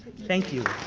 thank you.